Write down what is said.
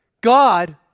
God